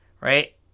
Right